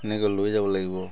এনেকৈ লৈ যাব লাগিব